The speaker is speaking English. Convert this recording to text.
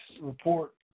report